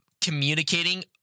communicating